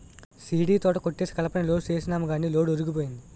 సీడీతోట కొట్టేసి కలపని లోడ్ సేసినాము గాని లోడు ఒరిగిపోయింది